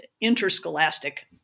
interscholastic